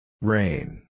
Rain